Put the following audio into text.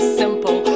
simple